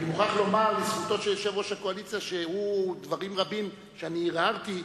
אני מוכרח לומר לזכותו של יושב-ראש הקואליציה שדברים רבים שאני הרהרתי,